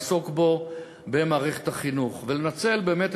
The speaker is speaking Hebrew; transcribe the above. לעסוק בו במערכת החינוך ולנצל באמת